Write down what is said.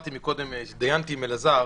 הידיינתי עם אלעזר